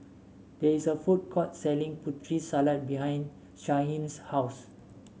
there is a food court selling Putri Salad behind Shyheim's house